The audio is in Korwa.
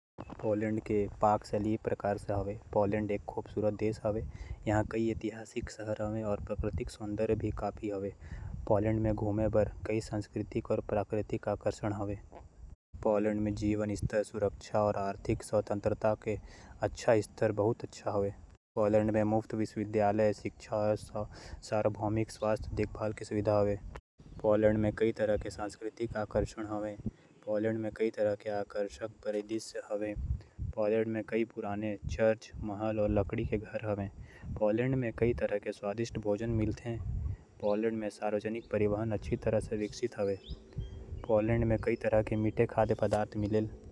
जेमा पोलैंड के व्यंजन घलो सामिल हे। पोलिश व्यंजन म कई किसम के व्यंजन सामिल हावयं। पोलिश व्यंजन म मांस, सब्जी, मसाला, अउ। जड़ी बूटी के उपयोग करे जाथे। पोलिश व्यंजन म मक्खन, क्रीम, अण्डा, अउ। मसाले के भी उपयोग करे जाथे। इहां पोलैंड के कुछ पारंपरिक व्यंजन हावयं। Pierogi, kotlet schabowy, carp, Poznan आलू, उसजका।